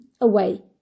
away